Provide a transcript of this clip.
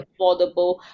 affordable